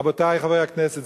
רבותי חברי הכנסת,